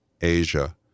Asia